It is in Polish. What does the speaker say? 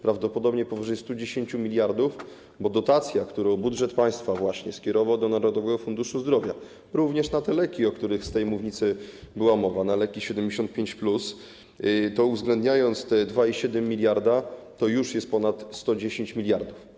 Prawdopodobnie powyżej 110 mld, bo dotacja, którą budżet państwa właśnie skierował do Narodowego Funduszu Zdrowia, również na te leki, o których z tej mównicy była mowa, na „Leki 75+”, to uwzględniając te 2,7 mld, to już jest ponad 110 mld.